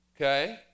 okay